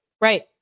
Right